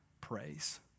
praise